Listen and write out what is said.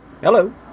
Hello